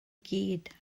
gyd